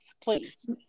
please